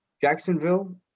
Jacksonville